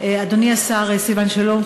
אדוני השר סילבן שלום,